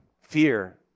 fear